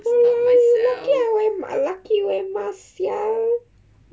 !woo! lucky I wear ma~ lucky wear mask sia